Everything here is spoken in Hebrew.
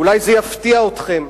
ואולי זה יפתיע אתכם: